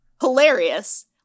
hilarious